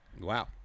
Wow